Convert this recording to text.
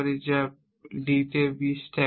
যা D তে B stack করা